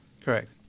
Correct